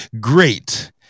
great